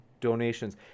donations